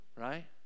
Right